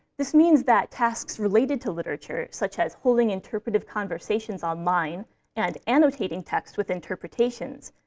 this means that tasks related to literature, such as holding interpretive conversations online and annotating text with interpretations,